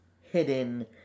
hidden